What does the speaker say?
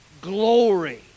glory